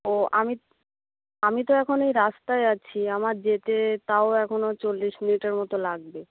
ও আমি আমি তো এখন ওই রাস্তায় আছি আমার যেতে তাও এখনও চল্লিশ মিনিটের মতো লাগবে